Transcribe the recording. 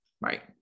right